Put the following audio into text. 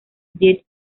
death